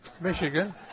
Michigan